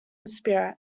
spirit